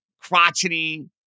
crotchety